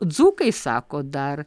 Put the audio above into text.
dzūkai sako dar